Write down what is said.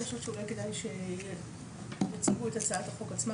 אני חושבת שכדאי שיציגו את הצעת החוק עצמה.